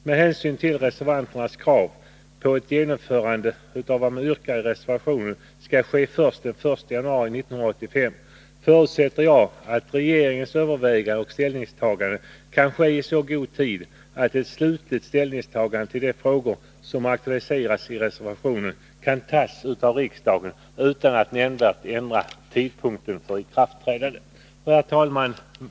Med hänsyn till att reservanterna kräver ett genomförande av sitt förslag först den 1 januari 1985 förutsätter jag att regeringens övervägande och ställningstagande kan ske i så god tid att ett slutligt ställningstagande till de Nr 54 frågor som aktualiserats i reservationen kan göras av riksdagen utan att detta 16 december 1981 Herr talman!